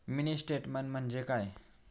Mini statement म्हणजे काय?